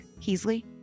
Heasley